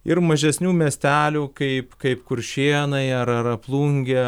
ir mažesnių miestelių kaip kaip kuršėnai ar ar ar plungė